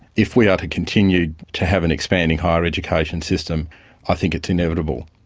if we are to continue to have an expanding higher education system i think it's inevitable.